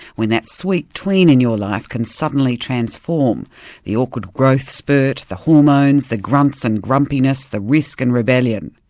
when that sweet tween in your life can suddenly transform the awkward growth spurt, the hormones, the grunts and grumpiness, the risk and rebellion.